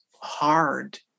hard